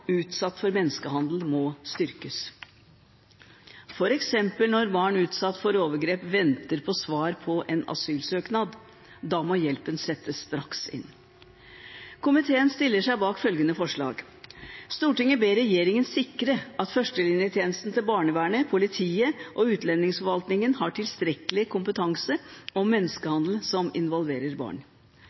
utsatt for menneskehandel må styrkes. For eksempel når barn utsatt for overgrep venter på svar på en asylsøknad, må hjelpen settes inn straks. Komiteen fremmer følgende forslag til vedtak: «Stortinget ber regjeringen sikre at førstelinjetjenesten til barnevernet, politiet og Utlendingsforvaltningen har tilstrekkelig kompetanse om menneskehandel som involverer barn.»